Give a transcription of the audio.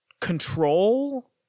control